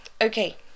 Okay